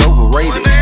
Overrated